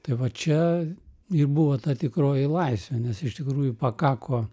tai va čia ir buvo ta tikroji laisvė nes iš tikrųjų pakako